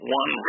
one